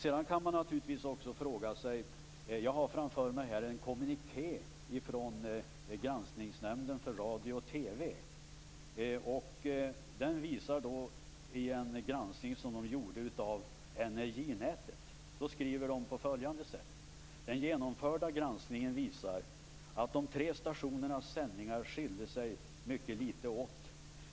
Jag har här framför mig en kommuniké från Granskningsnämnden för radio och TV. Den visar en granskning som gjordes av NRJ-nätet. Man skriver följande:"Den genomförda granskningen visar att de tre stationernas sändningar skiljde sig mycket litet åt.